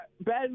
Ben